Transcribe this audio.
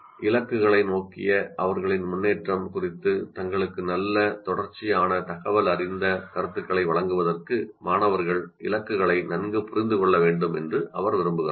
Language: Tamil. இலக்குகளை நோக்கிய அவர்களின் முன்னேற்றம் குறித்து தங்களுக்கு நல்ல தொடர்ச்சியான தகவலறிந்த கருத்துக்களை வழங்குவதற்கு மாணவர்கள் இலக்குகளை நன்கு புரிந்து கொள்ள வேண்டும் என்று அவர் விரும்புகிறார்